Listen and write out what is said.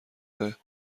طردشدگی